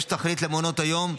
יש תכלית למעונות היום,